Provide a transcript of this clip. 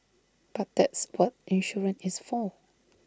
but that's what insurance is for